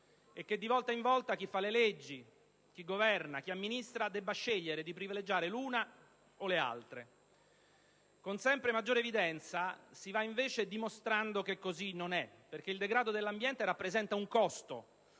e che di volta in volta chi fa le leggi, chi governa, chi amministra dovesse scegliere di privilegiare l'una o le altre. Con sempre maggiore evidenza si va invece dimostrando che così non è perché il degrado dell'ambiente rappresenta un costo,